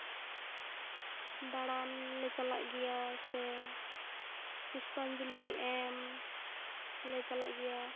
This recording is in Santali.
ᱫᱟᱬᱟᱱ ᱞᱮ ᱪᱟᱞᱟᱜ ᱜᱮᱭᱟ ᱥᱮ ᱯᱩᱞᱯᱟᱧᱡᱚᱞᱤ ᱮᱢ ᱞᱮ ᱪᱟᱞᱟᱜ ᱜᱮᱭᱟ